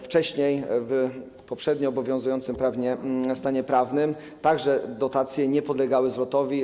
Wcześniej, w poprzednio obowiązującym stanie prawnym także dotacje nie podlegały zwrotowi.